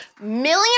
million